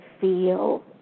feel